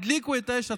הדליקו את האש עצמה".